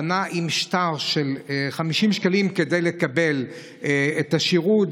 הוא פנה עם שטר של 50 שקלים כדי לקבל את השירות,